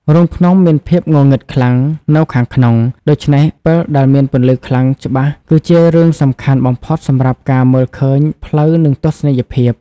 រូងភ្នំមានភាពងងឹតខ្លាំងនៅខាងក្នុង ដូច្នេះពិលដែលមានពន្លឺខ្លាំងច្បាស់គឺជារឿងសំខាន់បំផុតសម្រាប់ការមើលឃើញផ្លូវនិងទស្សនីយភាព។